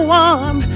one